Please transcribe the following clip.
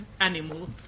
animal